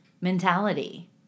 mentality